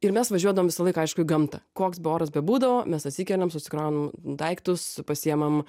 ir mes važiuodavom visą laik aišku į gamtą koks be oras bebūdavo mes atsikėliam susikraunam daiktus pasiemam